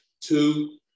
two